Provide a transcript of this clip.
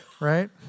right